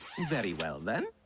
very well then